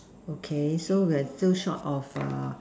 okay so we are still short of err